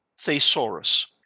thesaurus